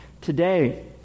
today